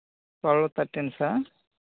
twelve thirteen sir